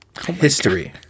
history